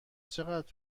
چقدر